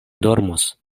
dormos